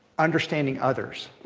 understanding others.